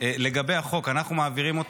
לגבי החוק, אנחנו מעבירים אותו.